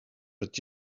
but